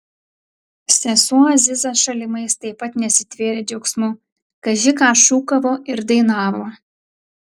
sesuo aziza šalimais taip pat nesitvėrė džiaugsmu kaži ką šūkavo ir dainavo